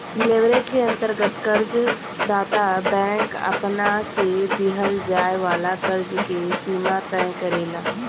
leverage के अंतर्गत कर्ज दाता बैंक आपना से दीहल जाए वाला कर्ज के सीमा तय करेला